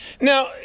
Now